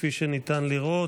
כפי שניתן לראות,